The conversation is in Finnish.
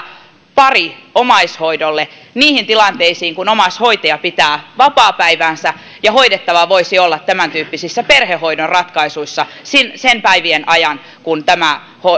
pari omaishoidolle niihin tilanteisiin kun omaishoitaja pitää vapaapäiväänsä hoidettava voisi olla tämäntyyppisissä perhehoidon ratkaisuissa niiden päivien ajan kun